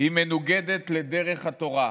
היא מנוגדת לדרך התורה.